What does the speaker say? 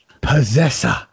possessor